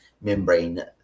membrane